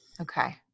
Okay